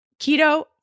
keto